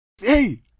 hey